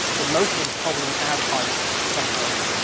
but most of it is probably as ice, subterranean.